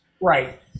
Right